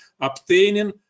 obtaining